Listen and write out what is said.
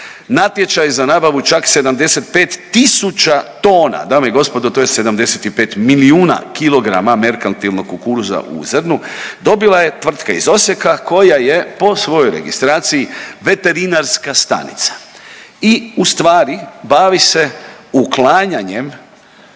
Natječaj za nabavu čak 75 tisuća tona, dame i gospodo, to je 75 milijuna kilograma merkaltilnog kukuruza u zrnu, dobila je tvrtka iz Osijeka koje je po svojoj registraciji veterinarska stanica i ustvari bavi se uklanjanjem,